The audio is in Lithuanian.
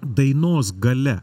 dainos galia